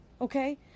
okay